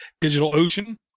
DigitalOcean